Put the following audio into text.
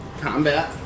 Combat